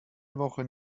wochen